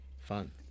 Fun